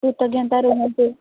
କୃତଜ୍ଞତା ରୁହନ୍ତୁ